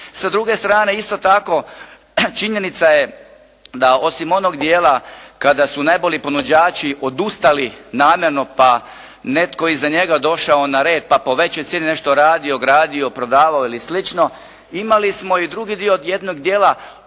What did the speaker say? Sa druge strane, isto tako činjenica je da osim onog dijela kada su najbolji ponuđači odustali … /Govornik se razumije./ … pa netko iza njega došao na red pa po većoj cijeni nešto radio, gradio, prodavao ili slično. Imali smo i drugi dio od jednog dijela profesionalnih